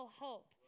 hope